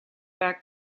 back